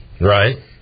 Right